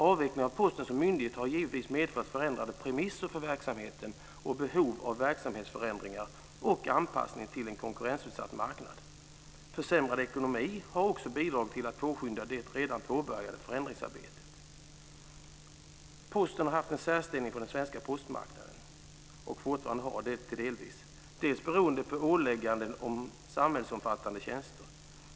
Avvecklingen av Posten som myndighet har givetvis medfört förändrade premisser för verksamheten, behov av verksamhetsförändringar och en anpassning till en konkurrensutsatt marknad. Försämrad ekonomi har också bidragit till att påskynda det redan påbörjade förändringsarbetet. Posten har haft en särställning på den svenska postmarknaden, och har det delvis fortfarande. Det beror bl.a. på ålägganden om samhällsomfattande tjänster.